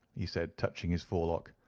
he said, touching his forelock,